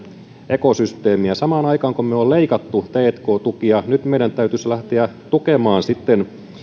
ekosysteemiämme samaan aikaan kun me olemme leikanneet tk tukia meidän täytyisi nyt lähteä tukemaan